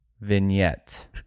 Vignette